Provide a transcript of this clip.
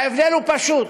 ההבדל הוא פשוט: